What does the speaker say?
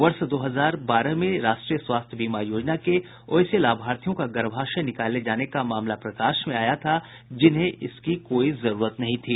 वर्ष दो हजार बारह में राष्ट्रीय स्वास्थ्य बीमा योजना के वैसे लाभार्थियों का गर्भाशय निकाले जाने का मामला प्रकाश में आया था जिन्हें इसकी कोई जरूरत नहीं थी